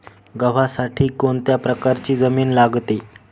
गव्हासाठी कोणत्या प्रकारची जमीन लागते?